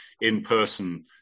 in-person